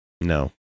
No